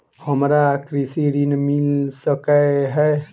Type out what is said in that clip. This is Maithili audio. हमरा कृषि ऋण मिल सकै है?